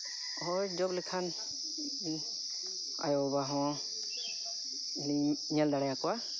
ᱦᱳᱭ ᱡᱚᱵᱽ ᱞᱮᱠᱷᱟᱱ ᱟᱭᱳᱼᱵᱟᱵᱟ ᱦᱚᱸᱞᱤᱧ ᱧᱮᱞ ᱫᱟᱲᱮᱭᱟᱠᱚᱣᱟ